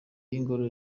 y’ingoro